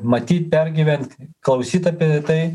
matyt pergyvent klausyt apie tai